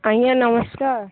ଆଜ୍ଞା ନମସ୍କାର